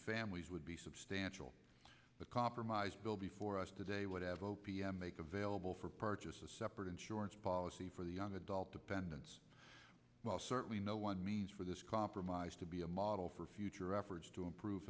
families would be substantial but compromise bill before us today whatever o p m make available for purchase a separate insurance policy for the young adult dependents well certainly no one for this compromise to be a model for future efforts to improve